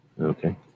Okay